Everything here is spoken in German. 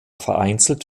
vereinzelt